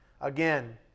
Again